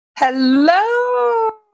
Hello